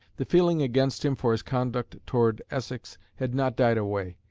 the feeling against him for his conduct towards essex had not died away,